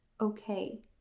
okay